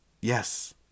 yes